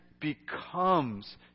becomes